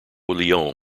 lyon